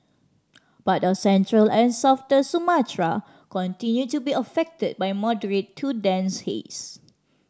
part of central and southern Sumatra continue to be affected by moderate to dense haze